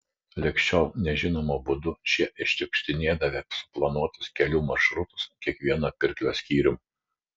lig šiol nežinomu būdu šie iššniukštinėdavę suplanuotus kelių maršrutus kiekvieno pirklio skyrium